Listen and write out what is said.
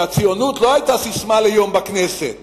שהציונות לא היתה ססמה ליום בכנסת